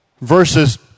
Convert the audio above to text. versus